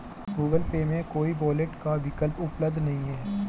Google Pay में कोई wallet का विकल्प उपलब्ध नहीं है